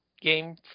game